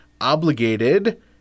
obligated